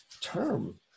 term